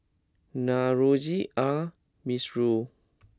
Navroji R Mistri